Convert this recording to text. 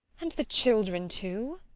and the children, too?